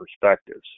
perspectives